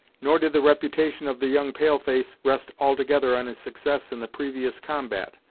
nor did the reputation of the young pale-face rest altogether on his success in the previous combat,